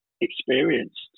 experienced